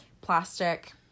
plastic